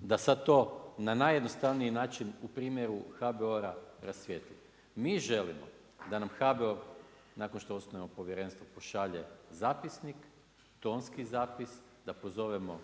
da sad to na najjednostavniji način u primjeru HBOR-a rasvijetlim. Mi želimo da na HBOR nakon što osnujemo povjerenstvo pošalje zapisnik, tonski zapis, da pozovemo